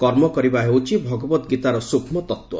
କର୍ମକରିବା ହେଉଛି ଭଗବତ ଗୀତାର ସୂକ୍ଷ୍ମ ତତ୍ତ୍ୱ